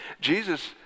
Jesus